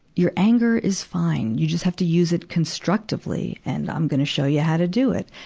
your anger is fine. you just have to use it constructively, and i'm gonna show you how to do it.